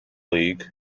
league